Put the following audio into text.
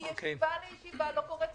מישיבה לישיבה לא קורה כלום,